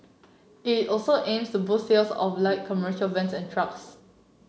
it also aims to boost sales of light commercial vans and trucks